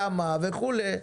כמה וכולי,